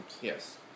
Yes